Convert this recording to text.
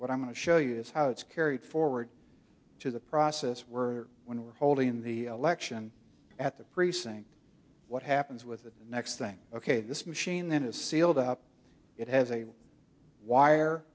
what i'm going to show you is how it's carried forward to the process were when we're holding the election at the precinct what happens with the next thing ok this machine that is sealed up it has a wire